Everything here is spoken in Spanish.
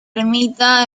ermita